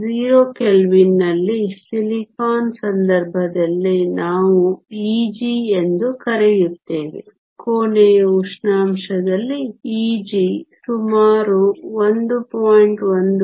0 ಕೆಲ್ವಿನ್ನಲ್ಲಿ ಸಿಲಿಕಾನ್ ಸಂದರ್ಭದಲ್ಲಿ ನಾವು Eg ಎಂದು ಕರೆಯುತ್ತೇವೆ ಕೋಣೆಯ ಉಷ್ಣಾಂಶದಲ್ಲಿ Eg ಸುಮಾರು 1